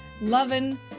loving